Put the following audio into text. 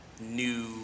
new